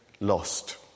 lost